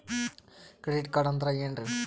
Credit card ಅಂದ್ರ ಏನ್ರೀ?